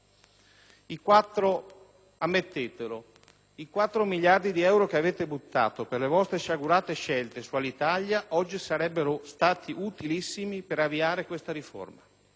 i 4 miliardi di euro che avete buttato per le vostre sciagurate scelte su Alitalia oggi sarebbero stati utilissimi per avviare questa riforma.